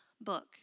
book